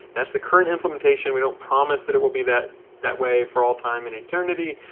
that's the current implementation. we don't promise that it will be that that way for all time and eternity.